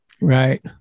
Right